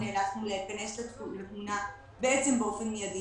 בו אנחנו מציגים באופן ברור איפה נמצאות הבעיות,